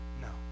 no